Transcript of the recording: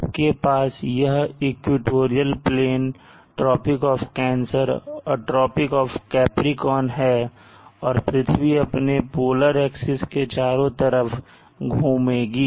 आपके पास यह equatorial plane tropic of cancer और ट्रॉपिक आफ कैप्रीकॉर्न है और पृथ्वी अपने पोलर एक्सिस के चारों तरफ घूमेगी